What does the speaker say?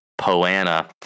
Poana